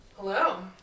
hello